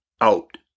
out